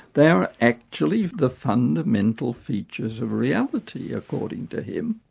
they are actually the fundamental features of reality according to him.